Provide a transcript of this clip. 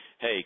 Hey